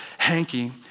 hanky